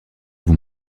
vous